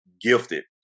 gifted